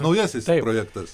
naujasis projektas